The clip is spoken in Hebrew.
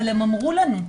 אבל הם אמרו לנו,